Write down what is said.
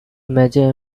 major